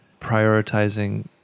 prioritizing